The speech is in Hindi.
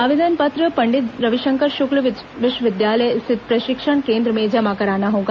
आवेदन पत्र पंडित रविशंकर श्क्ल विश्वविद्यालय स्थित प्रशिक्षण केंद्र में जमा करना होगा